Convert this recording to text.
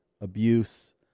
abuse